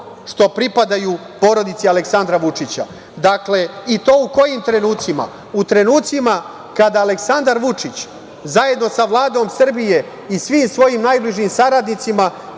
što pripadaju porodici Aleksandra Vučića.I to u kojim trenucima? U trenucima kada Aleksandar Vučić, zajedno sa Vladom Srbije i svim svojim najbližim saradnicima